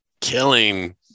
killing